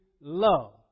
love